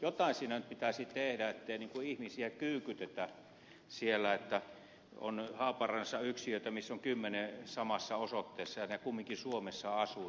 jotain siinä nyt pitäisi tehdä ettei ihmisiä kyykytetä siellä niin että on haaparannassa yksiöitä missä on kymmenen samassa osoitteessa ja kumminkin suomessa asuvat